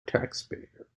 taxpayer